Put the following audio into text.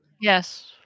Yes